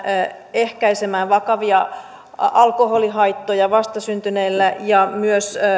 ehkäisemään vakavia alkoholihaittoja vastasyntyneillä ja myös